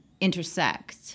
intersect